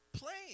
playing